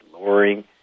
lowering